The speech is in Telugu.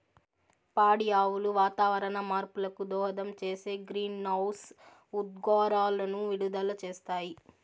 పాడి ఆవులు వాతావరణ మార్పులకు దోహదం చేసే గ్రీన్హౌస్ ఉద్గారాలను విడుదల చేస్తాయి